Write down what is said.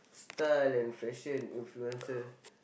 style and fashion influencer